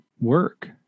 work